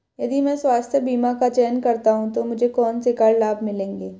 यदि मैं स्वास्थ्य बीमा का चयन करता हूँ तो मुझे कौन से कर लाभ मिलेंगे?